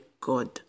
God